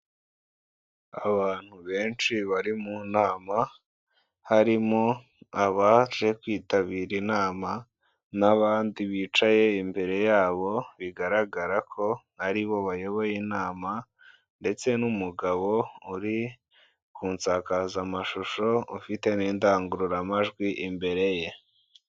Abantu benshi bari mu nama, harimo abaje kwitabira inama n'abandi bicaye imbere yabo, bigaragara ko ari bo bayoboye inama ndetse n'umugabo uri ku nsakazamashusho ufite n'indangururamajwi imbere ye.